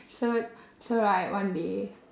so so right one day